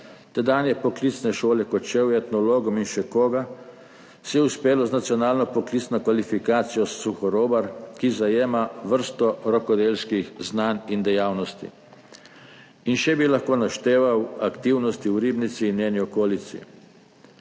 tedanje poklicne šole Kočevje, etnologom in še kom je uspelo z nacionalno poklicno kvalifikacijo suhorobar, ki zajema vrsto rokodelskih znanj in dejavnosti. Še bi lahko našteval aktivnosti v Ribnici in njeni okolici.